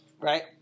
right